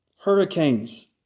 Hurricanes